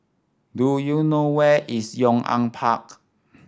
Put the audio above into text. do you know where is Yong An Park